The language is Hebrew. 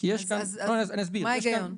מה ההיגיון?